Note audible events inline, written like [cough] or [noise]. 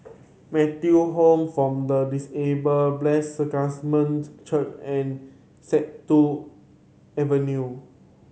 Metta Home form the Disable Blessed Sacrament Church and [unintelligible] Avenue